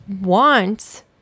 want